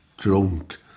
Drunk